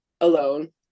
alone